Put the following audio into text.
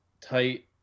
tight